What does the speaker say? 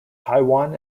taiwan